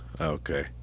Okay